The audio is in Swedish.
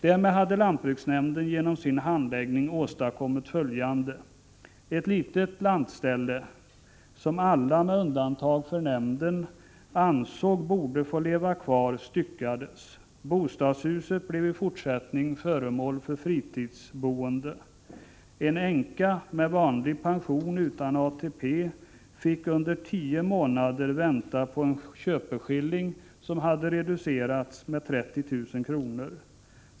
Därmed hade lantbruksnämnden genom sin handläggning åstadkommit följande: Ett litet lantställe, som alla med undantag för nämnden ansåg borde få leva kvar, styckades, bostadshuset blev i fortsättningen föremål för fritidsboende. En änka med vanlig folkpension utan ATP fick under tio månader vänta på en köpeskilling som reducerats med 30 000 kr.